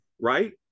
right